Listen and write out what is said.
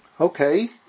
Okay